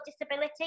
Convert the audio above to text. disability